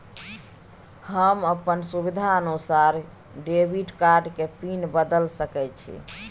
हम अपन सुविधानुसार डेबिट कार्ड के पिन बदल सके छि?